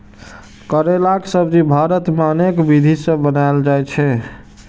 करैलाक सब्जी भारत मे अनेक विधि सं बनाएल जाइ छै